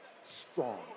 strong